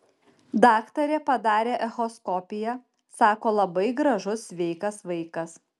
daktarė padarė echoskopiją sako labai gražus sveikas vaikas